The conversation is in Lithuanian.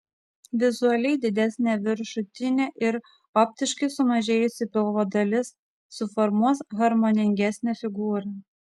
vizualiai didesnė viršutinė ir optiškai sumažėjusi pilvo dalis suformuos harmoningesnę figūrą